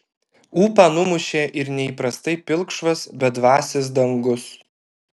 ūpą numušė ir neįprastai pilkšvas bedvasis dangus